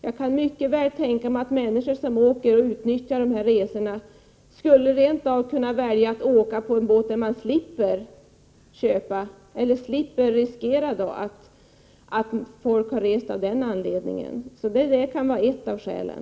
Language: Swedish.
Jag kan mycket väl tänka mig att människor som åker denna sträcka rent av skulle kunna välja att åka på en båt där man inte riskerar att folk har rest av den anledningen. Det kan vara ett av skälen.